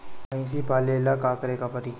भइसी पालेला का करे के पारी?